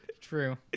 True